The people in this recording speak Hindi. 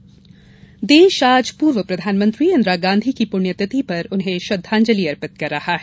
इंदिरा गांधी देश आज पूर्व प्रधानमंत्री इंदिरा गांधी की पुण्यतिथि पर श्रद्धांजलि अर्पित कर रहा है